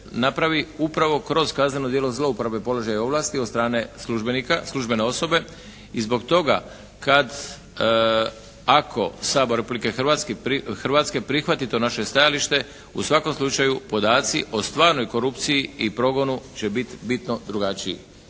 napravi upravo kroz kazneno djelo zlouporabe položaja i ovlasti od strane službenika, službene osobe. I zbog toga kad, ako Sabor Republike Hrvatske prihvati to naše stajalište u svakom slučaju podaci o stvarnoj korupciji i progonu će biti bitno drugačiji.